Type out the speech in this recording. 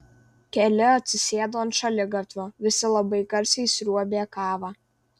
keli atsisėdo ant šaligatvio visi labai garsiai sriuobė kavą